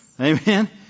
Amen